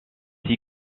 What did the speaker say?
six